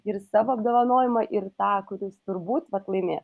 ir savo apdovanojimą ir tą kuris turbūt vat laimėjo